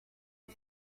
nka